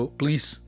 please